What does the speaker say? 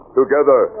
together